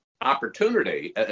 Opportunity